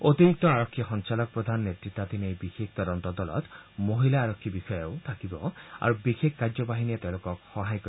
অতিৰিক্ত আৰক্ষী সঞ্চালকপ্ৰধান নেত়তাধীন এই বিশেষ তদন্ত দলত মহিলা আৰক্ষী বিষয়া থাকিব আৰু বিশেষ কাৰ্যবাহিনীয়ে তেওঁলোকক সহায় কৰিব